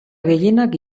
gehienak